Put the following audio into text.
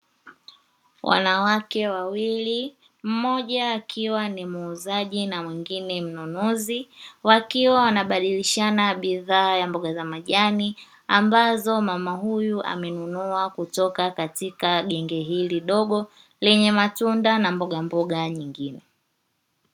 Wanawake wawili mmoja akiwa ni muuzaji na mwingine mnunuzi wakiwa wanabadilishana bidhaa ya mboga za majani, ambazo mama huyu amenunua kutoka katika genge hili dogo lenye matunda na mbogamboga nyingine.